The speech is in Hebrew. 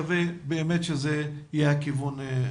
נקווה שזה יהיה הכיוון.